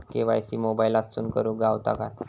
KYC मोबाईलातसून करुक गावता काय?